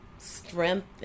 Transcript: Strength